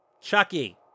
Chucky